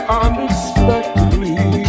unexpectedly